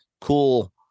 cool